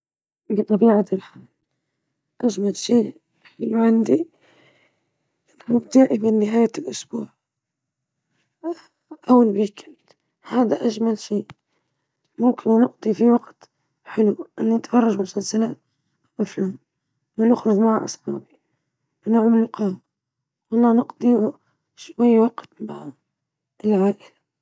أحب التنزه في الطبيعة، زيارة أماكن جديدة، والاسترخاء في المنزل مع الأصدقاء والعائلة.